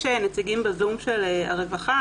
יש נציגים בזום של הרווחה,